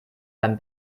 beim